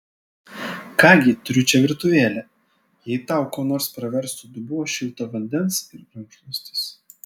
ką gi turiu čia virtuvėlę jei tau kuo nors praverstų dubuo šilto vandens ir rankšluostis